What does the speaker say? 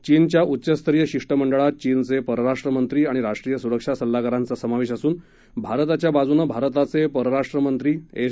चीनच्या उच्चस्तरीय शिष्टमंडळात चीनचे परराष्ट्रमंत्री आणि राष्ट्रीय सुरक्षा सल्लागारांचा समावेश असून भारताच्या बाजूनं भारताचे परराष्ट्र एस